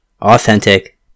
authentic